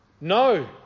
No